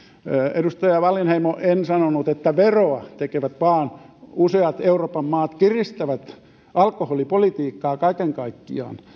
edustaja wallinheimo en sanonut että veroa tekevät vaan useat euroopan maat kiristävät alkoholipolitiikkaa kaiken kaikkiaan